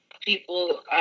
people